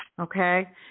okay